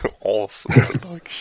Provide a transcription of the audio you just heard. Awesome